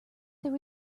there